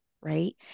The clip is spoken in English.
right